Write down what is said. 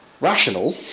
Rational